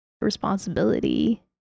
responsibility